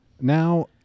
now